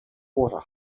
water